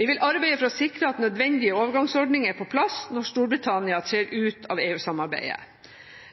Vi vil arbeide for å sikre at nødvendige overgangsordninger er på plass når Storbritannia trer ut av EU-samarbeidet.